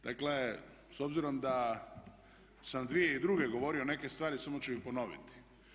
Dakle, s obzirom da sam 2002. govorio neke stvari samo ću ih ponoviti.